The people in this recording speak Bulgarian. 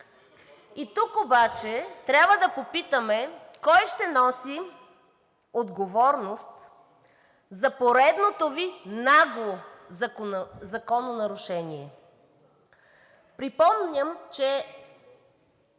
Тук обаче трябва да попитаме: кой ще носи отговорност за поредното Ви нагло закононарушение? Припомням, че